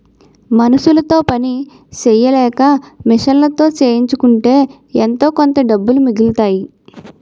మనుసులతో పని సెయ్యలేక మిషన్లతో చేయించుకుంటే ఎంతోకొంత డబ్బులు మిగులుతాయి